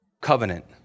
covenant